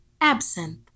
absinthe